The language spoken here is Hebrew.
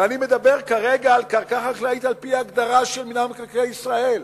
ואני מדבר כרגע על קרקע חקלאית על-פי ההגדרה של מינהל מקרקעי ישראל,